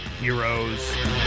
heroes